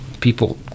people